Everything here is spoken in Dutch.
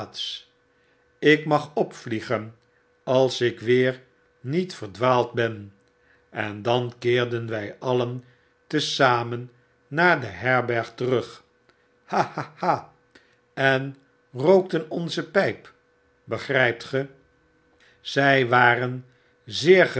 ik mag opvliegen als ik weer niet verdwaald ben en dan keerden wy alien tezamennaar de herberg terug ha ha ha en rook ten onze pijp begrijpt ge zij waren zeer